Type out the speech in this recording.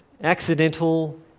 accidental